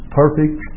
perfect